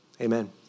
Amen